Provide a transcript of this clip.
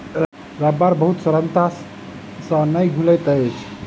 रबड़ बहुत सरलता से नै घुलैत अछि